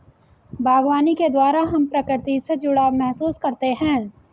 बागवानी के द्वारा हम प्रकृति से जुड़ाव महसूस करते हैं